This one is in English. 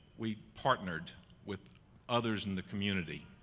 we partnered with others in the community